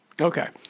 Okay